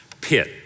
pit